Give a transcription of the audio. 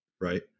right